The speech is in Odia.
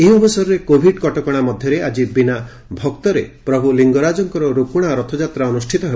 ଏହି ଅବସରରେ କୋଭିଡ୍ କଟକଣା ମଧ୍ଧରେ ଆଜି ବିନା ଭକ୍ତରେ ପ୍ରଭୁ ଲିଙଗରାଜଙ୍ଙର ରୁକୁଶା ରଥଯାତ୍ରା ଅନୁଷ୍ଠିତ ହେବ